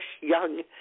young